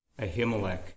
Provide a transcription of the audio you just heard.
Ahimelech